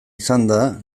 izanda